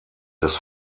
des